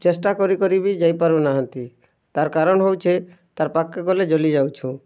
ଚେଷ୍ଟା କରି କରି ବି ଯାଇପାରୁ ନାହାନ୍ତି ତା'ର୍ କାରଣ୍ ହେଉଛେ ତାର୍ ପାଖ୍କେ ଗଲେ ଜଲି ଯାଉଛୁଁ